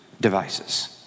devices